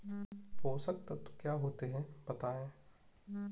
पोषक तत्व क्या होते हैं बताएँ?